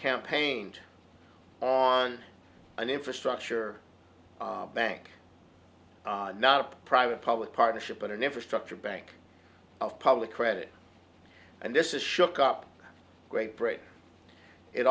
campaigned on an infrastructure bank not a private public partnership but an infrastructure bank of public credit and this is shook up great britain it